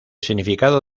significado